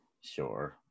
Sure